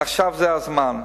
עכשיו זה הזמן.